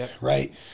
right